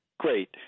Great